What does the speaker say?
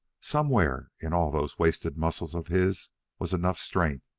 somewhere in all those wasted muscles of his was enough strength,